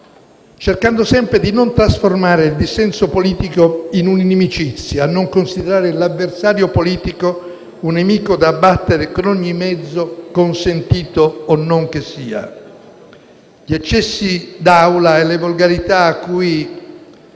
cercando sempre di non trasformare il dissenso politico in una inimicizia e di non considerare l'avversario politico un nemico da abbattere con ogni mezzo, consentito o non che sia. Gli eccessi d'Aula e le volgarità alle